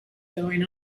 going